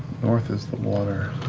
north is the water,